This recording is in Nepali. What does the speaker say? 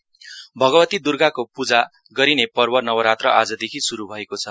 नवरात्र भगवती द्र्गाको पूजा गरिने पर्व नवरात्र आजदेखि शुरू भएको छ